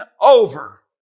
over